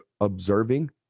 observing